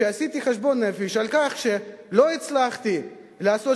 עשיתי חשבון-נפש על כך שלא הצלחתי לעשות